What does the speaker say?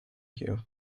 you